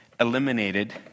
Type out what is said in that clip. eliminated